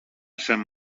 sant